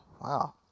wow